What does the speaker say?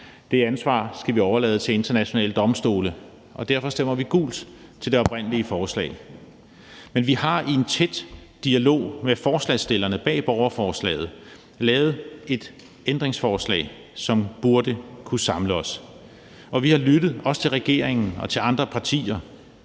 Det ansvar skal vi overlade til internationale domstole, og derfor stemmer vi gult til det oprindelige forslag. Men Radikale har i en tæt dialog med forslagsstillerne bag borgerforslaget lavet et ændringsforslag, som burde kunne samle os. Vi har også lyttet til regeringen og til andre partier.